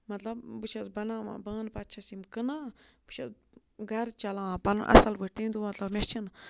مطلب بہٕ چھَس بَناوان بانہٕ پَتہٕ چھَس یِم کٕنان بہٕ چھَس گَرٕ چَلاوان پَنُن اَصٕل پٲٹھۍ تٔمۍ دۄہپ مطلب مےٚ چھِنہٕ